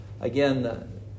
again